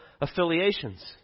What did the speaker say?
affiliations